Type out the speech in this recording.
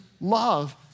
love